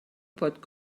pot